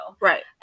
Right